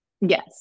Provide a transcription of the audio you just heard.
Yes